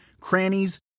crannies